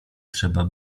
trzeba